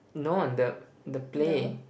no the the play